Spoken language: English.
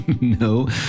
No